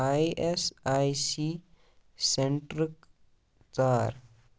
I S I C centric ژار